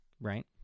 Right